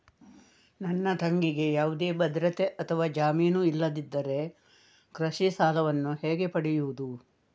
ನನ್ನ ತಂಗಿಗೆ ಯಾವುದೇ ಭದ್ರತೆ ಅಥವಾ ಜಾಮೀನು ಇಲ್ಲದಿದ್ದರೆ ಕೃಷಿ ಸಾಲವನ್ನು ಹೇಗೆ ಪಡೆಯುದು?